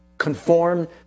conform